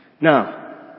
Now